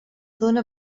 dona